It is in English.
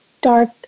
dark